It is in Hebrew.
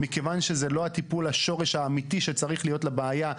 מכיוון שזה לא טיפול השורש האמיתי שצריך להיות לבעיה,